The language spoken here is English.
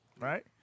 right